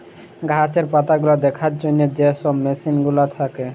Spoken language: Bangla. গাহাচের পাতাগুলা দ্যাখার জ্যনহে যে ছব মেসিল গুলা থ্যাকে